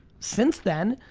since then,